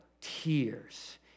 tears